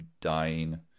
dying